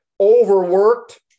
Overworked